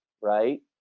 right